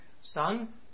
Son